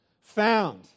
found